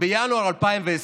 בינואר 2020,